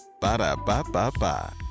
ba-da-ba-ba-ba